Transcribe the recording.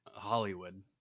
hollywood